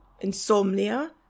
insomnia